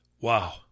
Wow